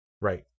right